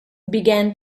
began